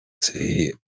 see